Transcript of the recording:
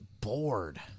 bored